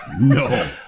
No